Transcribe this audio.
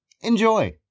Enjoy